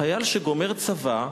חייל שגומר צבא,